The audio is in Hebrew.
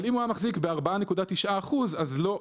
אבל אם הוא מחזיק ב-4.9% אז לא.